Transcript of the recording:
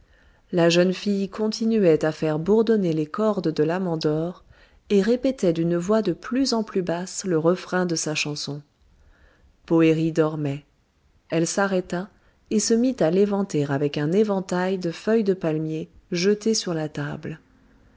la jeune fille continuait à faire bourdonner les cordes de la mandore et répétait d'une voix de plus en plus basse le refrain de sa chanson poëri dormait elle s'arrêta et se mit à l'éventer avec un éventail de feuilles de palmier jeté sur la table